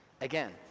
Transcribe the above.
Again